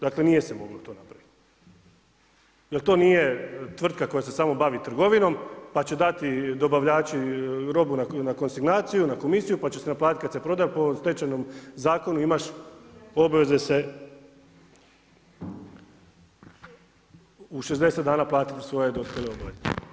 Dakle nije se moglo to napravit jer to nije tvrtka koja se samo bavi trgovinom pa će dati dobavljači robu na konsignaciju, na komisiju pa će se naplatit kad se proda po stečajnom zakonu imaš obaveze se u 60 dana platit svoje dospjele obaveze.